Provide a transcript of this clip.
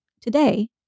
Today